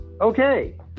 okay